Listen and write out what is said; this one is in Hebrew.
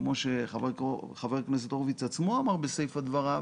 כמו שחבר הכנסת הורוביץ עצמו אמר בסיפה דבריו,